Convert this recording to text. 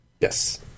Yes